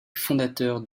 fondateurs